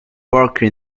broker